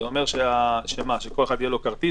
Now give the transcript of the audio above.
זה אומר שלכל אחד יהיה כרטיס,